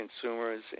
consumers